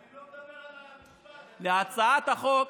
אני לא מדבר על המשפט, אני מדבר על, להצעת החוק